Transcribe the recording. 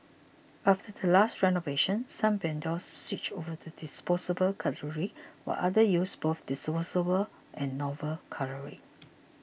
after the last renovation some vendors switched over to disposable cutlery while others use both disposable and normal cutlery